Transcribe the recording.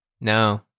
No